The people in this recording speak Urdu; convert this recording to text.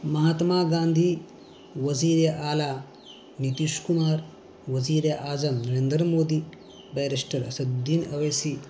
مہاتما گاندھی وزیر آعلی نیتیش کمار وزیر اعظم نرریندر مودی بیرسٹر اسد الدین اویسی